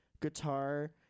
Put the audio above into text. guitar